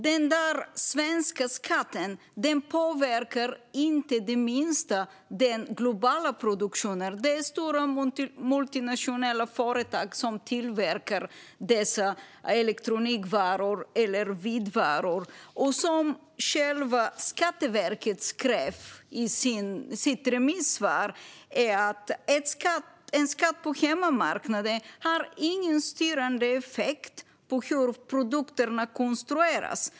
Den svenska skatten påverkar inte den globala produktionen det minsta. Det är stora multinationella företag som tillverkar dessa elektronikvaror eller vitvaror. Skatteverket skrev själva i sitt remissvar att en skatt på hemmamarknaden inte har någon styrande effekt på hur produkterna konstrueras.